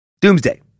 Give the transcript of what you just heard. Doomsday